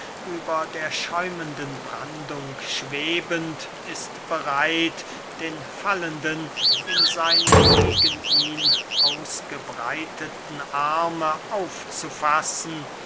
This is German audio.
über der schäumenden brandung schwebend ist bereit den fallenden in seine gegen ihn ausgebreitete arme aufzufassen